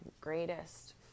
greatest